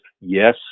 yes